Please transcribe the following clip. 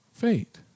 fate